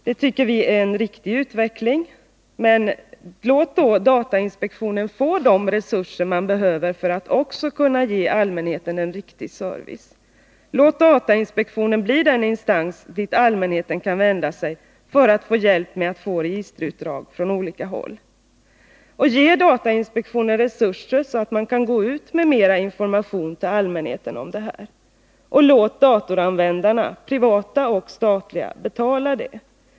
Det tycker vi är en riktig utveckling. Men låt då datainspektionen få de resurser den behöver för att också kunna ge allmänheten en riktig service. Låt datainspektionen bli den instans dit allmänheten kan vända sig för att få hjälp med att få registerutdrag från olika håll. Och ge datainspektionen resurser, så att den kan gå ut med mera information till allmänheten. Och låt datoranvändarna, privata och statliga, betala detta.